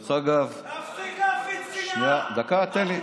דרך אגב, תפסיק להפיץ שנאה, דקה, תן לי.